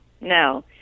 no